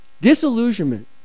Disillusionment